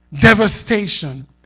devastation